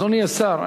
אדוני השר,